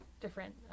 different